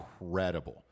incredible